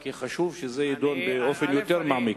כי חשוב שזה יידון באופן יותר מעמיק.